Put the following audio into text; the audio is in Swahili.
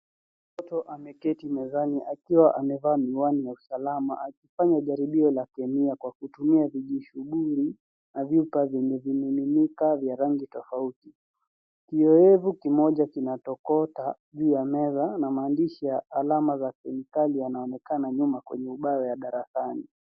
Mtoto ameketi mezani akiwa amevaa miwani ya usalama, akifanya jaribio la kemia kwa kutumia vijishughuli, na vyupa vyenye vimiminika vya rangi tofauti. Kiowevu kimoja kinatokota juu ya meza, na maandishi ya alama za kemikali yanaonekana nyuma kwenye ubao ya darasani.